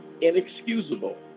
Inexcusable